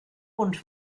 und